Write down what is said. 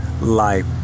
life